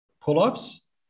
pull-ups